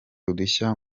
udushya